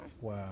Wow